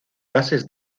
pases